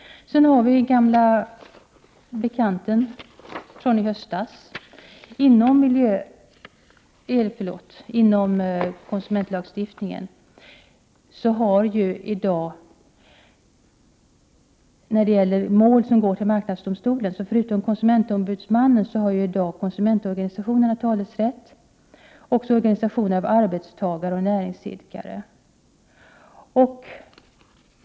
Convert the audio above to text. Sedan har vi en gammal bekant från i höstas när det gäller konsumentlagstiftningen. Förutom konsumentombudsmannen har i dag konsumentorganisationerna samt organisationer av arbetstagare och näringsidkare rätt att föra talan i marknadsdomstolen.